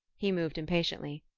he moved impatiently.